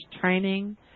training